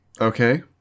Okay